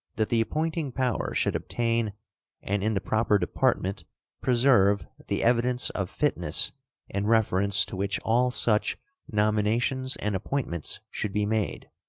that the appointing power should obtain and in the proper department preserve the evidence of fitness in reference to which all such nominations and appointments should be made